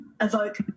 evoke